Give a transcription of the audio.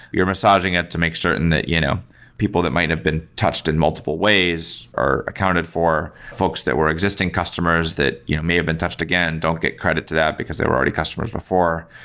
you're massaging it to make certain that you know people people that might have been touched in multiple ways are accounted for. folks that were existing customers that you know may have been touched again don't get credit to that, because they were already customers before.